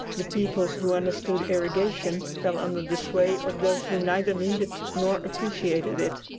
the peoples who understood irrigation fell under the sway of those who neither needed nor appreciated it.